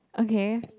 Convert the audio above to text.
okay